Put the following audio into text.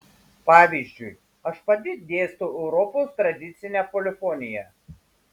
pavyzdžiui aš pati dėstau europos tradicinę polifoniją